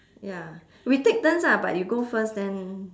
ya we take turns ah but you go first then